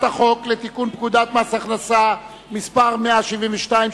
החוק לתיקון פקודת מס הכנסה (מס' 172),